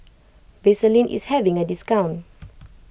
Vaselin is having a discount